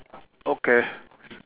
okay